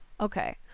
Okay